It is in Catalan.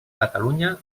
catalunya